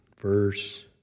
Verse